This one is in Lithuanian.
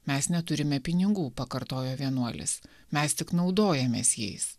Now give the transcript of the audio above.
mes neturime pinigų pakartojo vienuolis mes tik naudojamės jais